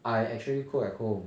I actually cook at home